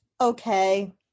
Okay